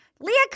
Leah